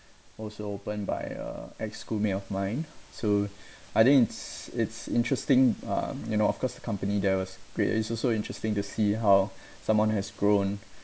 also opened by a ex schoolmate of mine so I think it's it's interesting um you know of course the company there was great it's also interesting to see how someone has grown